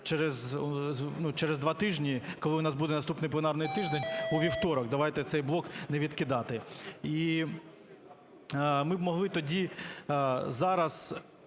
через два тижні, коли в нас буде наступний пленарний тиждень, у вівторок. Давайте цей блок не відкидати, і ми б могли тоді зараз